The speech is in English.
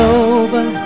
over